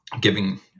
giving